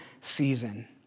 season